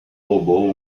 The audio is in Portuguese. roubou